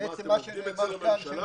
מה, אתם עובדים אצל הממשלה?